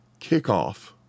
kickoff